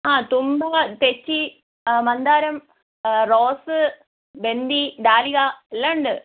ആഹ് തുമ്പ തെച്ചി മന്ദാരം റോസ് ബന്തി ഡാലിയ എല്ലാമുണ്ട്